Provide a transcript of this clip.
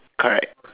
correct